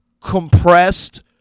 compressed